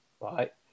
right